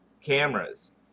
cameras